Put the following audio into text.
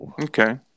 okay